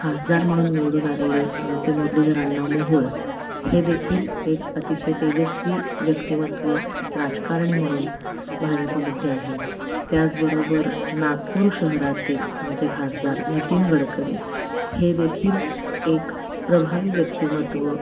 खासदार म्हणून निवडून आलेले आमचे मुरलीधरअण्णा मोहोळ हे देखील एक अतिशय तेजस्वी व्यक्तिमत्व एक राजकारणी म्हणून भाजपामध्ये आहे त्याचबरोबर नागपूर शहरातील आमचे खासदार नितीन गडकरी हे देखील एक प्रभावी व्यक्तिमत्व